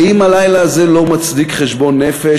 האם הלילה הזה לא מצדיק חשבון נפש?